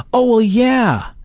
oh, well, yeah,